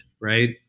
right